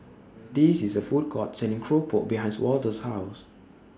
This IS A Food Court Selling Keropok behind Wardell's House